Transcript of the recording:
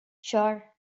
sure